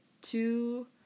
two